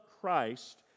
Christ